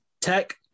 Tech